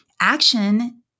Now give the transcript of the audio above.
Action